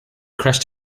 crash